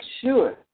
sure